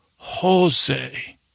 Jose